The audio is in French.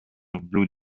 blue